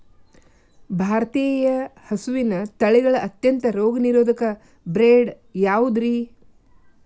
ಭಾರತೇಯ ಹಸುವಿನ ತಳಿಗಳ ಅತ್ಯಂತ ರೋಗನಿರೋಧಕ ಬ್ರೇಡ್ ಯಾವುದ್ರಿ?